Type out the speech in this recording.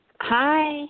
Hi